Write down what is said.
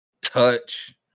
touch